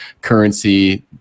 currency